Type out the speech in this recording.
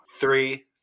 Three